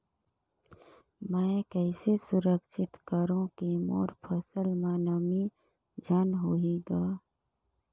मैं कइसे सुरक्षित करो की मोर फसल म नमी झन होही ग?